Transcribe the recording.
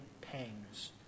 pangs